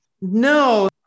No